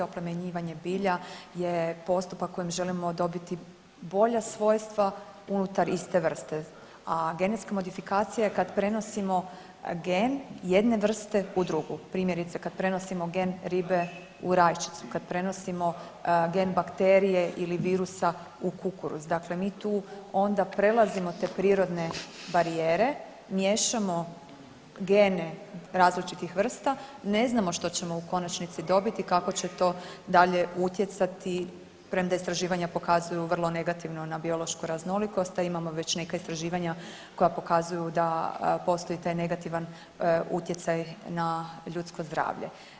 Oplemenjivanja bilja je postupak kojim želimo dobiti bolja svojstva unutar iste vrste, a genetska modifikacija je kad prenosimo gen jedne vrste u drugu, primjerice kad prenosimo gen ribe u rajčicu, kad prenosimo gen bakterije ili virusa u kukuruz, dakle mi tu onda prelazimo te prirodne barijere, miješamo gene različitih vrsta, ne znamo što ćemo u konačnici dobiti i kako će to dalje utjecati, premda istraživanja pokazuju vrlo negativno na biološku raznolikost, a imamo već neka istraživanja koja pokazuju da postoji taj negativan utjecaj na ljudsko zdravlje.